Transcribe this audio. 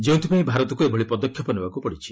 ଯେଉଁଥିପାଇଁ ଭାରତକୁ ଏଭଳି ପଦକ୍ଷେପ ନେବାକୁ ପଡ଼ିଛି